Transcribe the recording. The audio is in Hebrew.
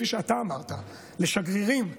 כפי שאמרת לשגרירים ולמקבילים,